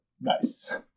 Nice